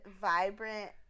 vibrant